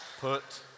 put